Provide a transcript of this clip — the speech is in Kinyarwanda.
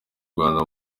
rwanda